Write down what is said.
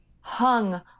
hung